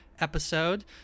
episode